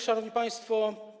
Szanowni Państwo!